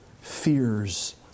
fears